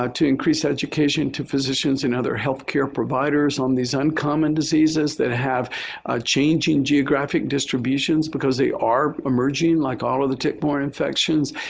to increase education to physicians and other healthcare providers on these uncommon diseases that have changing geographic distributions, because they are emerging like all of the tick-borne infections.